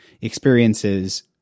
experiences